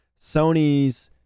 sony's